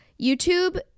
youtube